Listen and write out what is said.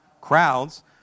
Crowds